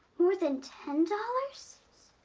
more than ten dollars?